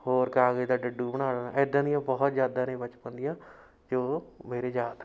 ਹੋਰ ਕਾਗਜ਼ ਦਾ ਡੱਡੂ ਬਣਾ ਦੇਣਾ ਇੱਦਾਂ ਦੀਆਂ ਬਹੁਤ ਯਾਦਾਂ ਨੇ ਬਚਪਨ ਦੀਆਂ ਜੋ ਮੇਰੇ ਯਾਦ ਨੇ